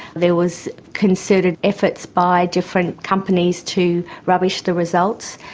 there was concerted efforts by different companies to rubbish the results,